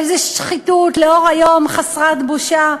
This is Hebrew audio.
איזו שחיתות לאור היום, חסרת בושה.